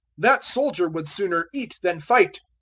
that soldier would sooner eat than fight.